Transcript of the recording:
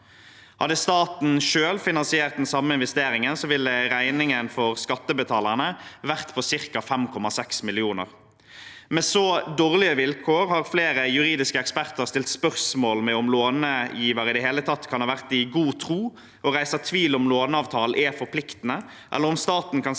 Hadde staten selv finansiert den samme investeringen, ville regningen for skattebetalerne vært på ca. 5,6 mill. kr. Med så dårlige vilkår har flere juridiske eksperter stilt spørsmål om långiver i det hele tatt kan ha vært i god tro, og reiser tvil om låneavtalen er forpliktende, eller om staten kan si